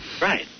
Right